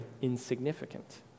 insignificant